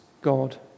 God